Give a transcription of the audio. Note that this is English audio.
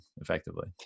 Effectively